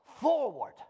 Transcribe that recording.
forward